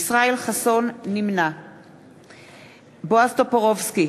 בועז טופורובסקי,